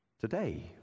today